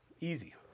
Easy